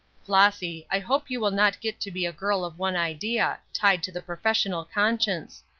flossy, i hope you will not get to be a girl of one idea tied to the professional conscience.